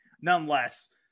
nonetheless